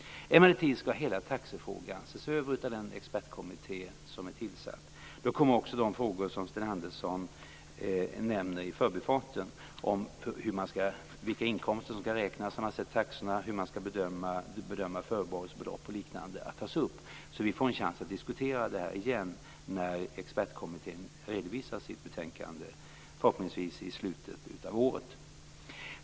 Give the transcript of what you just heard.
Emellertid skall hela taxefrågan ses över av den expertkommitté som har tillsatts. Då kommer också de frågor som Sten Andersson nämnde i förbifarten - vilka inkomster som skall räknas när man sätter taxorna, hur man skall bedöma förbehållsbelopp och liknande - att tas upp. Vi får alltså en chans att diskutera det här igen när expertkommittén redovisar sitt betänkande, förhoppningsvis i slutet av året.